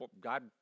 god